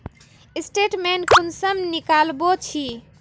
Statement कुंसम निकलाबो छी?